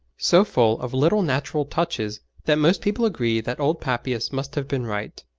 so full of little natural touches, that most people agree that old papias must have been right.